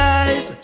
eyes